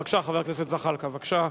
בבקשה, חבר הכנסת זחאלקה, בבקשה.